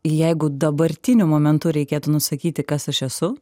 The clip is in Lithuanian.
jeigu dabartiniu momentu reikėtų nusakyti kas aš esu